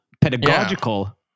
pedagogical